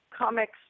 comics